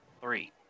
Three